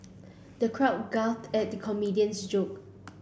the crowd guffawed at the comedian's joke